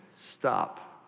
stop